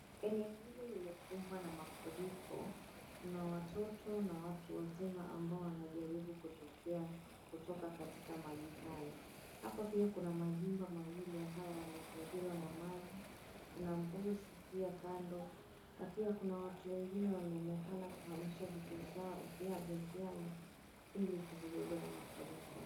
Eneo hili limekumbwa na mafuriko kuna watoto ambao wanajaribu kuvukia katika maji hayo, hapa pia kuna majumba mawili ambayo yamezingirwa na maji kuna mbuzi pia kando na pia kuna watu wengine wanaonekana kuhamisha vitu vyao ilizisibebwe na mafuriko.